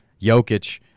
Jokic